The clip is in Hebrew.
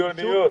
הגיוניות.